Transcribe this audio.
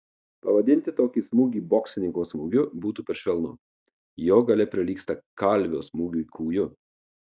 pavadinti tokį smūgį boksininko smūgiu būtų per švelnu jo galia prilygsta kalvio smūgiui kūju